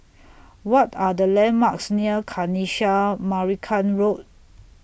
What Are The landmarks near Kanisha Marican Road